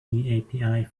api